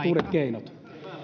keinot